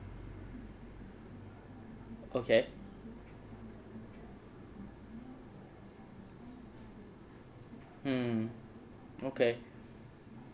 okay mm okay